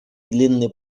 длинный